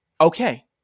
Okay